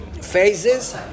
phases